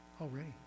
already